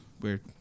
weird